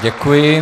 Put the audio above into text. Děkuji.